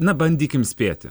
na bandykim spėti